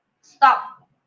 stop